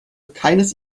keines